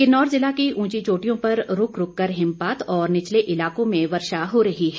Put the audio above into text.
किन्नौर जिला की ऊंची चोटियों पर रुक रुक कर हिमपात और निचले इलाकों में वर्षा हो रही है